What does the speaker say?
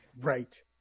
Right